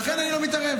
ולכן אני לא מתערב.